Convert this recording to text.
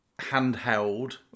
handheld